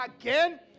again